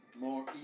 more